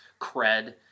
cred